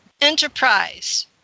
enterprise